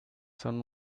sun